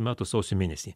metų sausio mėnesį